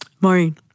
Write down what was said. Maureen